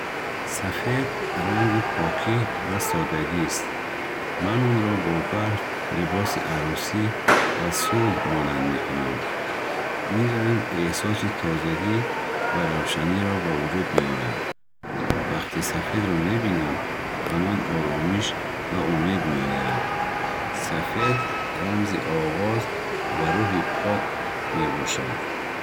Сафед ранги покӣ ва соддагист. Ман онро бо барф, либоси арӯсӣ ва сулҳ монанд мекунам. Ин ранг эҳсоси тозагӣ ва равшаниро ба вуҷуд меорад. Вақте сафедро мебинам, ба ман оромиш ва умед меояд. Сафед рамзи оғоз ва рӯҳи пок мебошад.